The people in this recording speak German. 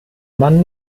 mann